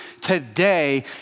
today